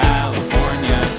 California